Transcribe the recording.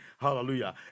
Hallelujah